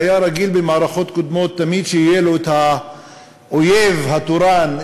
שהיה רגיל במערכות קודמות תמיד שיהיה לו האויב התורן,